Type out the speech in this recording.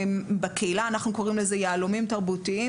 בקהילה, קוראים לזה "יהלומים תרבותיים".